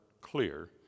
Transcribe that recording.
clear